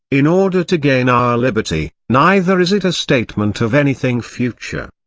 in order to gain our liberty, neither is it a statement of anything future.